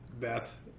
Beth